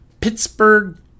Pittsburgh